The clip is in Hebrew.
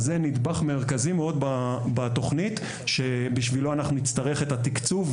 אז זה נדבך מרכזי מאוד בתוכנית שבשבילו אנחנו נצטרך את התקצוב,